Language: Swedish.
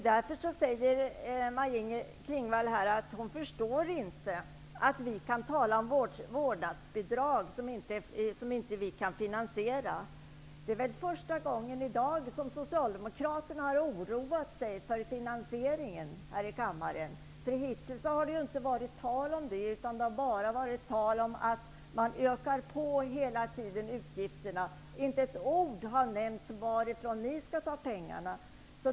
Därför säger Maj-Inger Klingvall att hon inte förstår att vi kan tala om vårdnadsbidrag som vi inte kan finansiera. Det är första gången i dag som Socialdemokraterna här i kammaren har oroat sig för finansieringen. Hittills har det inte varit tal om det, utan det har bara varit tal om att hela tiden öka utgifterna. Inte ett ord har nämnts om varifrån ni skall ta pengarna.